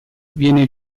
viene